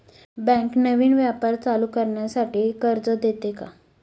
Bank नवीन व्यापार चालू करण्यासाठी कर्ज देते का?